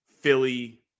Philly